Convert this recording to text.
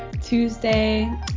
Tuesday